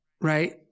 right